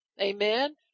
Amen